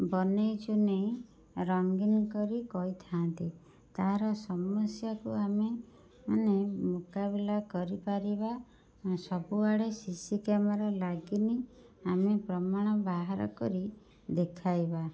ବନେଇ ଚୁନେଇ ରଙ୍ଗୀନ କରି କହିଥାନ୍ତି ତା'ର ସମସ୍ୟାକୁ ଆମେମାନେ ମୁକାବିଲା କରିପାରିବା ସବୁଆଡ଼େ ସି ସି କ୍ୟାମେରା ଲାଗିନି ଆମେ ପ୍ରମାଣ ବାହାର କରି ଦେଖାଇବା